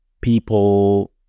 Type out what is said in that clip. people